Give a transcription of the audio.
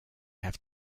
have